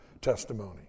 testimony